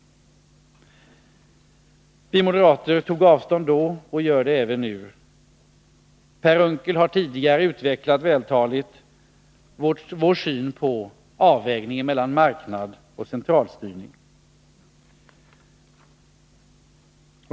Vi moderater tog avstånd då och gör det även nu. Per Unckel har tidigare vältaligt utvecklat vår syn på avvägningen mellan marknad och centralstyrning.